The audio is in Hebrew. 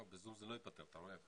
לא, בזום זה לא ייפתר, אתה רואה.